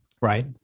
right